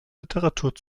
literatur